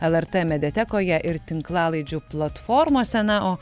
lrt mediatekoje ir tinklalaidžių platformose na o